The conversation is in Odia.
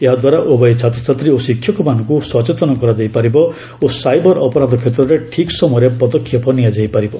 ଏହା ଦ୍ୱାରା ଉଭୟ ଛାତ୍ରଛାତ୍ରୀ ଓ ଶିକ୍ଷକମାନଙ୍କୁ ସଚେତନ କରାଯାଇ ପାରିବ ଓ ସାଇବର ଅପରାଧ କ୍ଷେତ୍ରରେ ଠିକ୍ ସମୟରେ ପଦକ୍ଷେପ ନିଆଯାଇ ପାରିବ